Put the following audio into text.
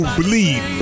believe